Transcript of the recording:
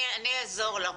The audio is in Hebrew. אני אעזור לך.